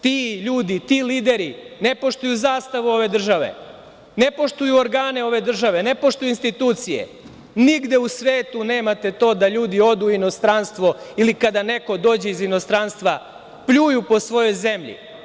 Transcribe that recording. Ti ljudi, ti lideri, ne poštuju zastavu ove države, ne poštuju organe ove države, ne poštuju institucije, nigde u svetu nemate to da ljudi odu u inostranstvo ili kada neko dođe iz inostranstva pljuju po svojoj zemlji.